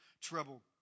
trouble